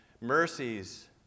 mercies